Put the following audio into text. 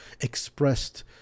expressed